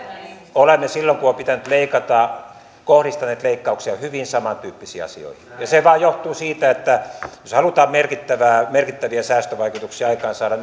olemme silloin kun on pitänyt leikata kohdistaneet leikkauksia hyvin samantyyppisiin asioihin se vain johtuu siitä että jos halutaan merkittäviä säästövaikutuksia aikaansaada